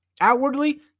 outwardly